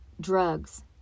drugs